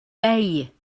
bay